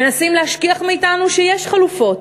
מנסים להשכיח מאתנו שיש חלופות,